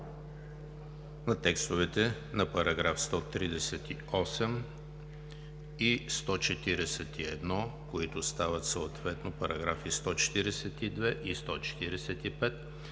за текстовете на параграфи 116, 118 и 119, които стават съответно параграфи 120, 122,